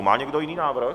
Má někdo jiný návrh?